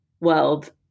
world